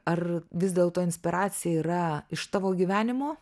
ar vis dėlto inspiracija yra iš tavo gyvenimo